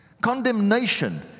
condemnation